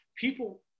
People